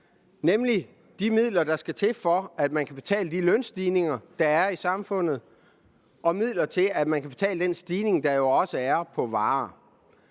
nemlig de midler, der skal til for at betale de lønstigninger, der er i samfundet, og midler til at betale de stigninger, der er på varer.